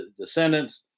descendants